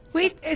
Wait